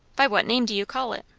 by what name do you call it?